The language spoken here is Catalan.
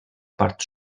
part